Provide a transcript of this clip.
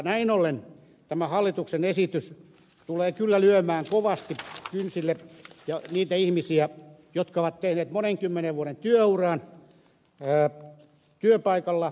näin ollen tämä hallituksen esitys tulee kyllä lyömään kovasti kynsille niitä ihmisiä jotka ovat tehneet monen kymmenen vuoden työuran työpaikalla